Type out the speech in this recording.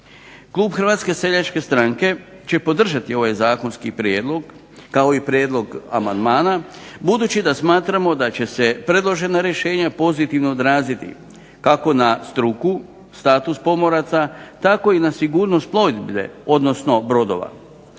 Klub Hrvatske seljačke stranke će podržati ovaj Zakonski prijedlog i prijedloge amandmana budući da smatramo da će se predložena rješenja pozitivno odraziti kako na struku, status pomoraca, tako i na sigurnost plovidbe odnosno brodova.